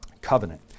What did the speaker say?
covenant